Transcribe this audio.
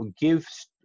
give